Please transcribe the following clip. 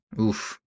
oof